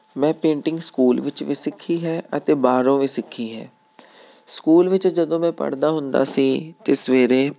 ਮੈਂ painting school ਵਿੱਚ ਵੀ ਸਿੱਖੀ ਹੈ ਅਤੇ ਬਾਹਰੋਂ ਵੀ ਸਿੱਖੀ ਹੈ ਸਕੂਲ ਵਿੱਚ ਜਦੋਂ ਮੈਂ ਪੜ੍ਹਦਾ ਹੁੰਦਾ ਸੀ ਤਾਂ ਸਵੇਰੇ